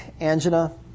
angina